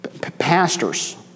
Pastors